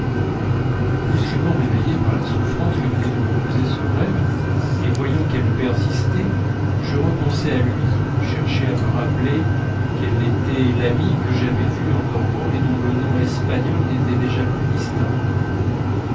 brusquement réveillé par la souffrance que venait de me causer ce rêve et voyant qu'elle persistait je repensai à lui cherchai à me rappeler quel était l'ami que j'avais vu en dormant et dont le nom espagnol n'était déjà plus distinct